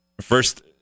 First